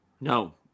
no